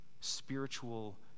Spiritual